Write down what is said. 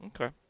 Okay